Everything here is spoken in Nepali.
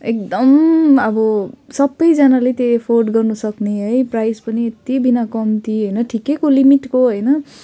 एकदम अब सबैजनाले त्यो एफोर्ड गर्नुसक्ने है प्राइस पनि यत्ति बिना कम्ती होइन ठिक्कैको लिमिटको होइन